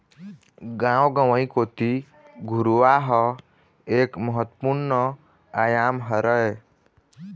गाँव गंवई कोती घुरूवा ह एक महत्वपूर्न आयाम हरय